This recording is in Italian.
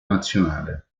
nazionale